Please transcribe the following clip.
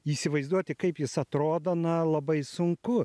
įsivaizduoti kaip jis atrodo na labai sunku